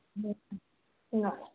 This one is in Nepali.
ल ल